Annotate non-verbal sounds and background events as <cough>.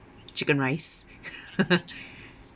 chicken rice <laughs> <breath>